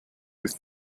with